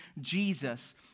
Jesus